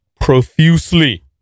profusely